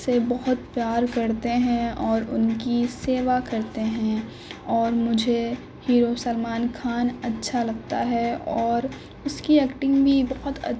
سے بہت پیار کرتے ہیں اور ان کی سیوا کرتے ہیں اور مجھے ہیرو سلمان خان اچھا لگتا ہے اور اس کی ایکٹنگ بھی بہت